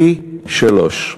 פי-שלושה,